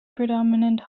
predominant